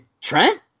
trent